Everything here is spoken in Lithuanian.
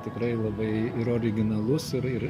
tikrai labai originalus ir ir